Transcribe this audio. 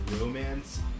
romance